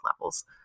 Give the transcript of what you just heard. levels